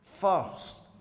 First